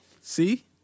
see